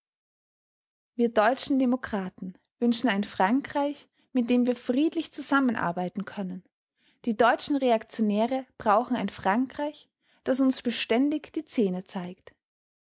wir deutschen demokraten wünschen ein frankreich mit dem wir friedlich zusammenarbeiten können die deutschen reaktionäre brauchen ein frankreich das uns beständig die zähne zeig